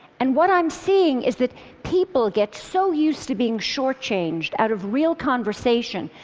and what i'm seeing is that people get so used to being short-changed out of real conversation,